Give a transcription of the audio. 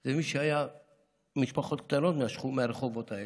זה מי שהיה ממשפחות קטנות מהרחובות האלה.